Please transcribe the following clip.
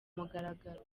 mugaragaro